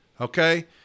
Okay